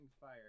fire